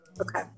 Okay